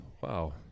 wow